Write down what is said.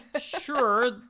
Sure